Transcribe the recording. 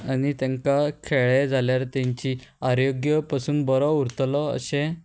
आनी तेंकां खेळ्ळे जाल्यार तेंची आरोग्य पसून बरो उरतलो अशें